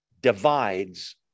divides